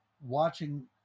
watching